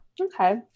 Okay